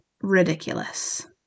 ridiculous